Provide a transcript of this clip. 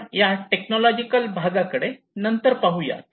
आपण या टेक्नॉलॉजिकल भागाकडे नंतर पाहू यात